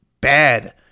bad